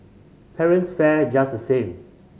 parents fared just the same